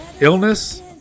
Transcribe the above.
illness